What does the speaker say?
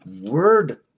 Word